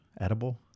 edible